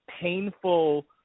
painful